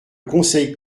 conseil